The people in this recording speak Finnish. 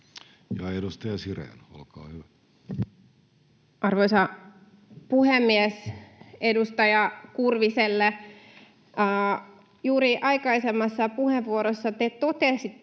Edustaja Sirén, olkaa hyvä. Arvoisa puhemies! Edustaja Kurviselle: Juuri aikaisemmassa puheenvuorossa te totesitte,